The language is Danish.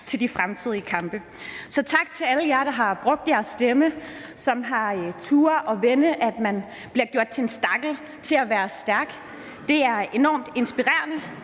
til de fremtidige kampe. Så tak til alle jer, der har brugt jeres stemme, og som har turdet at vende det, at man bliver gjort til en stakkel, til at være stærk. Det er enormt inspirerende.